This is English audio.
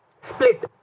Split